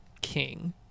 king